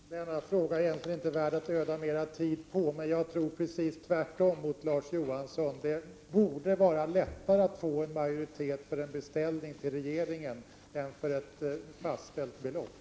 Herr talman! Denna fråga är egentligen inte värd att öda mer tid på. Jag tror precis tvärtemot vad Larz Johansson tror — det borde vara lättare att få en majoritet för en beställning till regeringen än för ett förslag om ett fastställt belopp.